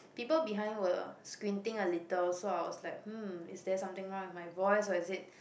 people behind were squinting a little so I was like hmm is there something wrong with my voice or is it